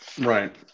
Right